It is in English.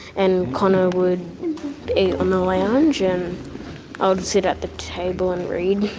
and connor would eat on the lounge, and i would sit at the table and read.